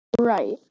Right